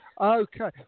okay